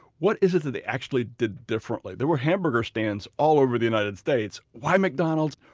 what is it that they actually did differently? there were hamburger stands all over the united states. why mcdonald's?